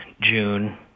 June